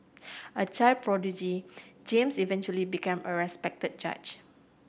a child prodigy James eventually became a respected judge